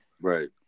right